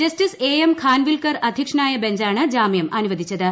justice A M Khanwilkar അധൃക്ഷനായ ബഞ്ചാണ് ജാമൃം അനുവദിച്ചത്